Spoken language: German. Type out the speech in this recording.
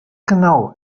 genau